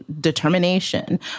determination